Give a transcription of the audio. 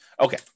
Okay